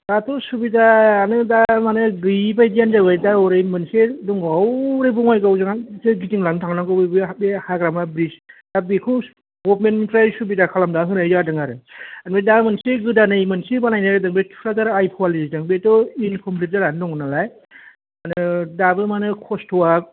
दाथ' सुबिदायानो दा माने गैयै बायदियानो जाबाय दा हरै मोनसे दङ हौरै बङाइगावजोंहायसो गिदिंनानै थांनांगौ बे बे हा हाग्रामा ब्रिज दा बेखौ गभमेन्टनिफ्राय सुबिदा खालामना होनाय जादों आरो ओमफ्राय दा मोनसे गोदानै मोनसे बानायनो जादों बै थुख्राझार आइ फवालिजों बेथ' इनकमप्लिट जानानै दं नालाय मानो दाबो मानो खस्थ'आ